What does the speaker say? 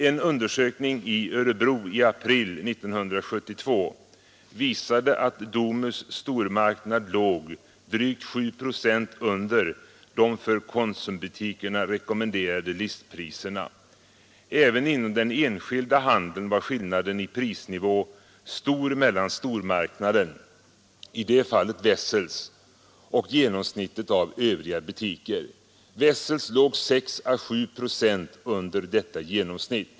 En undersökning i Örebro i april 1972 visade att Domus stormarknad låg drygt 7 procent under de för Konsumbutikerna rekommenderade listpriserna. Även inom den enskilda handeln var skillnaden i prisnivå stor mellan stormarknaden — i det fallet Wessels — och genomsnittet av övriga butiker. Wessels låg 6 å 7 procent under detta genomsnitt.